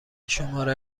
شماره